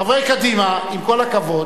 חברי קדימה, עם כל הכבוד,